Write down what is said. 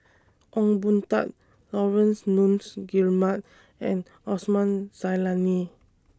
Ong Boon Tat Laurence Nunns Guillemard and Osman Zailani